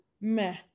meh